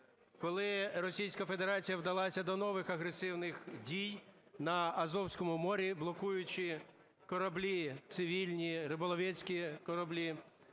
коли Російська Федерація вдалася до нових агресивних дій на Азовському морі, блокуючи кораблі цивільні, риболовецькі кораблі,